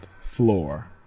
floor